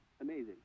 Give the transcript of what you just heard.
amazing